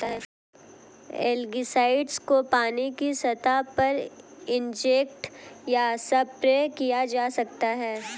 algicides को पानी की सतह पर इंजेक्ट या स्प्रे किया जा सकता है